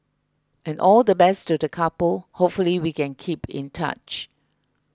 and all the best to the couple hopefully we can keep in touch